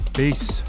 peace